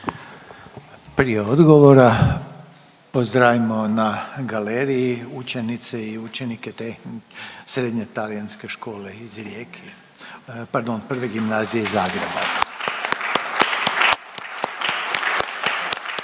Prije odgovora pozdravimo na galeriji učenice i učenike tehni…, Srednje talijanske škole iz Rijeke, pardon Prve gimnazije iz Zagreba.